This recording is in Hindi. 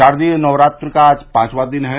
शारदीय नवरात्रि का आज पांचवा दिन है